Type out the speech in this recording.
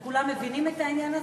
וכולם מבינים את העניין הזה,